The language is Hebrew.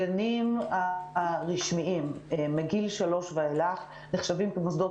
הגנים הרשמיים מגיל שלוש ואילך נחשבים למוסדות